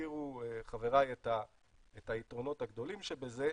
הזכירו חבריי את היתרונות הגדולים שבזה,